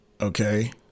Okay